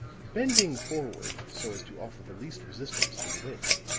bending forward so as to offer the least resistance to the wind,